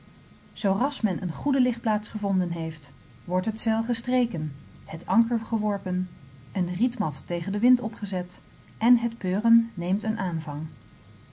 brengen zooras men een goede ligplaats gevonden heeft wordt het zeil gestreken het anker geworpen een rietmat tegen den wind opgezet en het peuren neemt een